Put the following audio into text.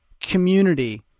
community